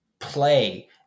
Play